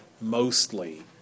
mostly